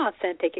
authentic